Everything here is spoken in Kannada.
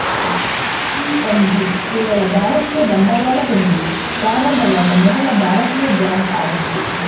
ಪಿ.ಎನ್.ಬಿ ಕೇವಲ ಭಾರತೀಯ ಬಂಡವಾಳದೊಂದಿಗೆ ಪ್ರಾರಂಭವಾದ ಮೊದಲ ಭಾರತೀಯ ಬ್ಯಾಂಕ್ ಆಗಿದೆ